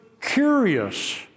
curious